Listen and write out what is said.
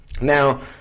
Now